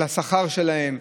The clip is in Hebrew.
על השכר שלהם,